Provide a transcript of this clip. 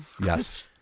Yes